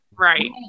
Right